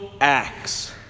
acts